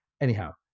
Anyhow